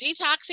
detoxing